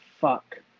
fuck